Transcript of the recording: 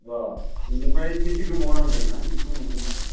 अ बेनिफ्राय बेसे गोबाव नांगोन नोंथां बेखौ मोननो थाखाय